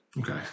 Okay